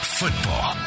football